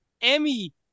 Emmy